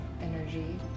energy